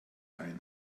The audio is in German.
ein